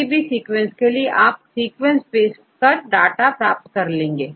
किसी भी सीक्वेंस के लिए आप सीक्वेंस पेस्ट कर डाटा प्राप्त कर लेंगे